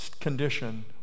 condition